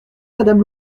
madame